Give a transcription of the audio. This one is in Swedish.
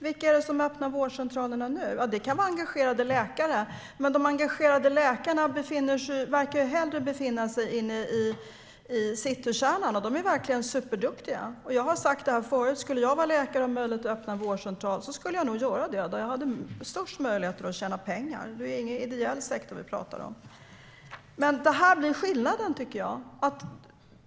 Vilka är det som öppnar vårdcentralerna nu? Det kan vara engagerade läkare, men de engagerade läkarna verkar hellre vilja befinna sig inne i citykärnan. De är verkligen superduktiga. Jag har sagt det förut; skulle jag vara läkare och ha möjlighet att öppna en vårdcentral skulle jag nog göra det där jag hade störst möjlighet att tjäna pengar. Det är ju ingen ideell sektor vi talar om. Det här blir dock skillnaden, tycker jag.